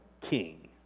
king